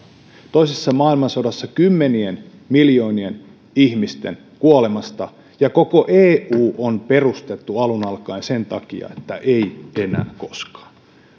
toisessa maailmansodassa kymmenien miljoonien ihmisten kuolemasta ja koko eu on perustettu alun alkaen sen takia että ei enää koskaan